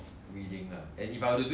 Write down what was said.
I think crazy ah